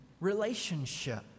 relationship